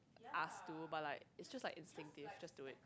ask to but like if just like instinctive just do it